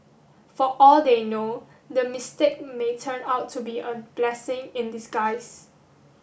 for all they know the mistake may turn out to be a blessing in disguise